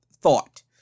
thought